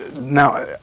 Now